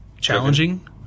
challenging